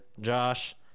Josh